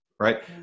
right